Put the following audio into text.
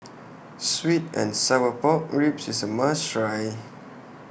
Sweet and Sour Pork Ribs IS A must Try